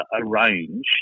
arranged